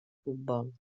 futbol